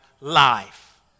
life